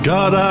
God